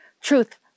Truth